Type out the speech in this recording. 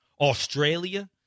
Australia